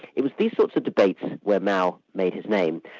it was these sorts of debates where mao made his name.